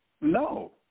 No